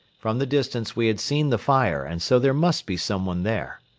from the distance we had seen the fire and so there must be someone there.